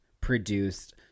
produced